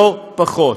לא פחות.